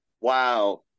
wow